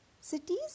cities